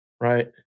Right